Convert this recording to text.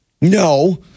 No